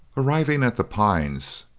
arriving at the pines,